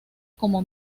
como